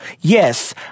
Yes